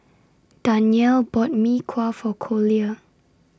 Danyell bought Mee Kuah For Collier